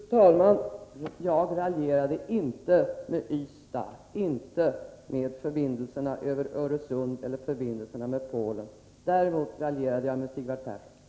Fru talman! Jag raljerade inte över Ystad, inte över förbindelserna över Öresund eller förbindelserna med Polen. Däremot raljerade jag med Sigvard Persson.